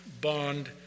bond